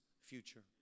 future